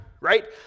right